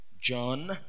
John